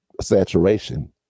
saturation